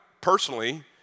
personally